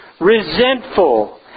resentful